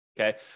Okay